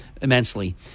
immensely